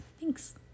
Thanks